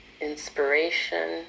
inspiration